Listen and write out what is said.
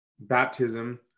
Baptism